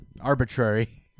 arbitrary